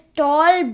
tall